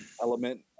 element